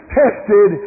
tested